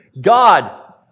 God